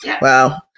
wow